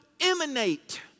emanate